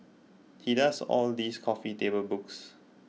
he does all these coffee table books